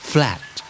Flat